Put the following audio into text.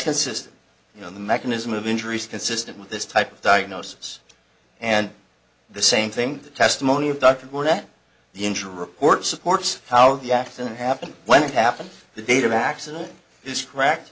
system you know the mechanism of injuries consistent with this type of diagnosis and the same thing the testimony of doctors were that the injury report supports how the accident happened when it happened the date of accident is trac